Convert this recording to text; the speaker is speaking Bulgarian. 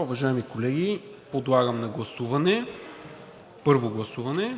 Уважаеми колеги, подлагам на първо гласуване